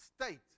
state